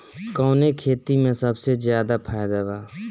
कवने खेती में सबसे ज्यादा फायदा बा?